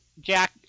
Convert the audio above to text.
Jack